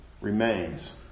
remains